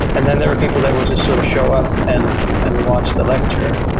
and then there were people that would just sort of show up and and watch the lecture,